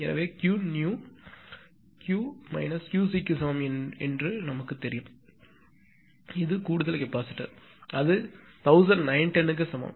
எனவே Qnew Q QC க்கு சமம் என்பது நமக்குத் தெரியும் இங்கே கூடுதல் கெபாசிட்டர் அது 1910 க்கு சமம்